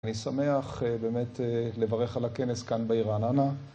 אני שמח באמת לברך על הכנס כאן בעיר רעננה.